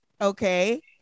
okay